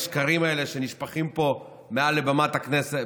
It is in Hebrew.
את השקרים האלה שנשפכים פה מעל לבימת הכנסת,